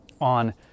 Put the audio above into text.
on